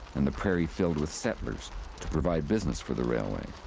and the prairie filled with settlers to provide business for the railway.